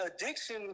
addiction